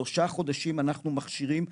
שלושה חודשים אנחנו מכשירים,